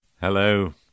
Hello